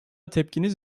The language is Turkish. tepkiniz